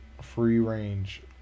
Free-range